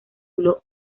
círculo